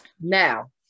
Now